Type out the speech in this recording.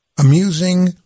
amusing